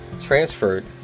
transferred